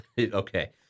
okay